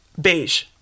beige